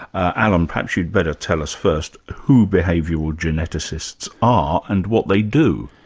allan, perhaps you'd better tell us first who behavioural geneticists are and what they do.